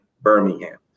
Birmingham